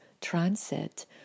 transit